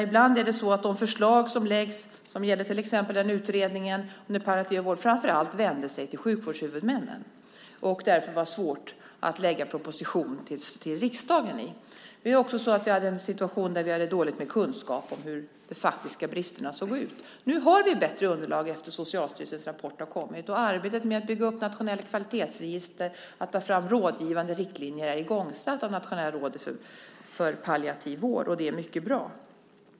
Ibland är det så att de förslag som läggs fram, det gäller till exempel utredningen om den palliativa vården, framför allt vänder sig till sjukvårdshuvudmännen. Det var därför svårt att lägga fram en proposition till riksdagen om detta. Vi hade också en situation då vi hade dåligt med kunskaper om hur de faktiska bristerna såg ut. Nu har vi bättre underlag efter att Socialstyrelsens rapport har kommit. Och arbetet med att bygga upp ett nationellt kvalitetsregister och att ta fram rådgivande riktlinjer är igångsatt av Nationella rådet för palliativ vård, och det är mycket bra.